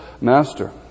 Master